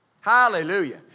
Hallelujah